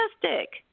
fantastic